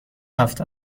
هفت